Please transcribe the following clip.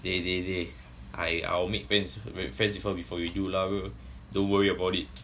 they they they I I'll make friends make friends with her before with you lah bro you don't worry about it